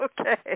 okay